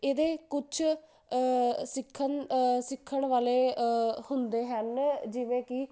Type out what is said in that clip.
ਇਹਦੇ ਕੁਛ ਸਿੱਖਣ ਸਿੱਖਣ ਵਾਲੇ ਹੁੰਦੇ ਹਨ ਜਿਵੇਂ ਕਿ